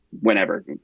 whenever